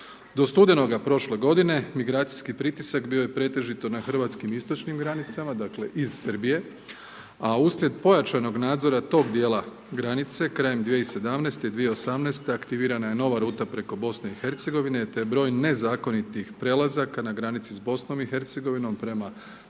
Do studenoga prošle godine migracijski pritisak bio je pretežito na hrvatskim istočnim granicama dakle iz Srbije, a uslijed pojačanog nadzora tog dijela granice, krajem 2017., 2018. aktivirana je nova ruta preko BiH te je broj nezakonitih prelazaka na granici s BiH prema